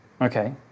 Okay